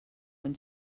when